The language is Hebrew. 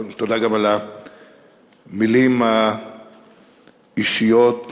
תודה גם על המילים האישיות החמות.